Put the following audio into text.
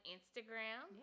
Instagram